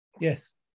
Yes